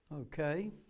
Okay